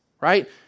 right